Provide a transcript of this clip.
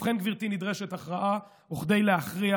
ובכן, גברתי, נדרשת הכרעה, וכדי להכריע,